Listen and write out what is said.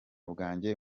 bwanje